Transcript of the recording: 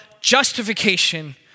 justification